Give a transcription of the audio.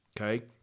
Okay